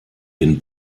den